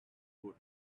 good